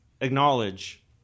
acknowledge